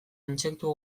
intsektu